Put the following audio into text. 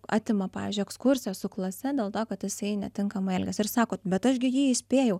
atima pavyzdžiui ekskursiją su klase dėl to kad jisai netinkamai elgiasi ir sakot bet aš gi jį įspėjau